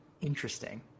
Interesting